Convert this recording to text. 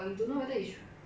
ya bottle